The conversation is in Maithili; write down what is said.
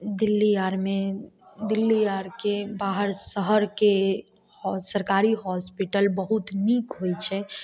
दिल्ली आरमे दिल्ली आरके बाहर शहरके आओर सरकारी हॉस्पिटल बहुत नीक होइ छै